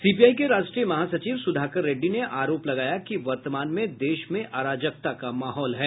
CPI के राष्ट्रीय महासचिव सुधाकर रेड़डी ने आरोप लगाया कि वर्तमान में देश में अराजकता का माहौल है